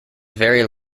very